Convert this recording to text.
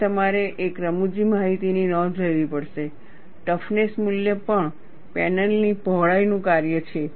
અને તમારે એક રમુજી માહિતી ની નોંધ લેવી પડશે ટફનેસ મૂલ્ય પણ પેનલની પહોળાઈ નું કાર્ય છે